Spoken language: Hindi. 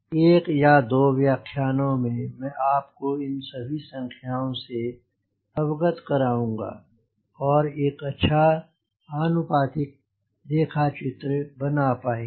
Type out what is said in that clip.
एक या दो व्याख्यानों में मैं आपको इन सभी संख्याओं से अवगत कराऊंगा और एक अच्छा आनुपातिक रेखा चित्र बना पाएंगे